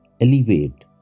elevate